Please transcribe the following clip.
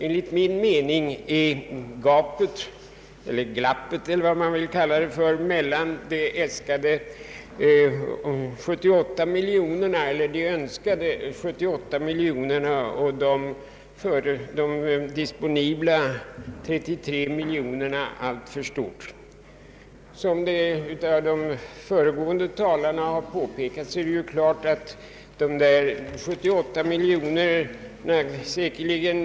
Enligt min uppfattning är glappet — eller vad man vill kalla det — mellan de önskade 78 miljonerna och de disponibla 33 miljonerna alltför stort. Ansökningarna om dessa 78 miljoner innehåller säkerligen många obekanta faktorer, vilket de föregående talarna påpekat.